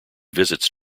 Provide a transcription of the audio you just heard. visits